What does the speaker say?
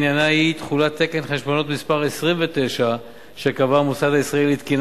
עניינה אי-תחולת תקן חשבונאות מס' 29 שקבע המוסד הישראלי לתקינה